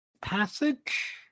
passage